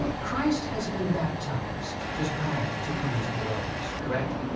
christ has been baptized just prior to coming to the wilderness. correct.